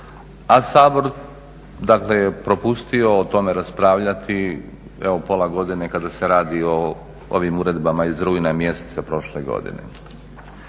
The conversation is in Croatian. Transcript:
a Sabor je propustio o tome raspravljati evo pola godine kada se radi o ovim uredbama iz rujna mjeseca prošle godine.